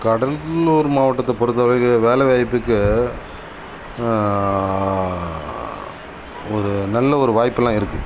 கடலூர் மாவட்டத்தை பொறுத்தவரைக்கும் வேலைவாய்ப்புக்கு ஒரு நல்ல ஒரு வாய்ப்பெலாம் இருக்குது